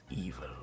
evil